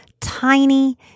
tiny